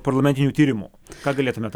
parlamentinių tyrimų ką galėtumėt